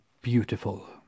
Beautiful